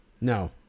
No